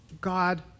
God